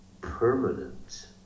permanent